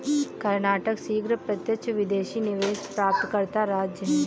कर्नाटक शीर्ष प्रत्यक्ष विदेशी निवेश प्राप्तकर्ता राज्य है